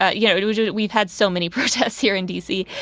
ah yeah we've yeah we've had so many protests here in dc.